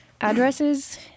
addresses